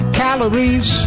calories